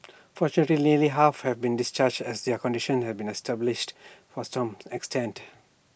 fortunately nearly half have been discharged as their condition have stabilised extent